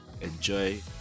enjoy